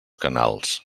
canals